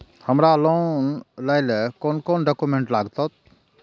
हमरा लोन लाइले कोन कोन डॉक्यूमेंट लागत?